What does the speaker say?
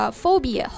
phobia